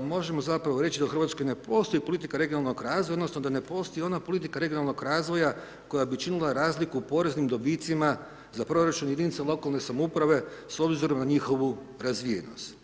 možemo zapravo reći da u Hrvatskoj ne postoji politika regionalnog razvoja, onda, da ne postoji ona politika regionalnog razvoja koja bi činila razliku poreznih dobicima za proračun jedinice lokalne samouprave s obzirom na njihovu razvijanost.